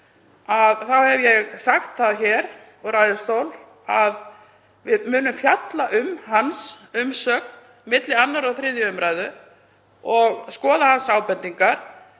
þá hef ég sagt það hér úr ræðustól að við munum fjalla um hans umsögn milli 2. og 3. umr. og skoða ábendingar.